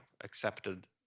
accepted